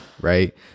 right